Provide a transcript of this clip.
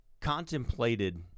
contemplated